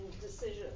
decision